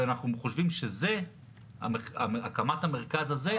ואנחנו חושבים שהקמת המרכז הזה,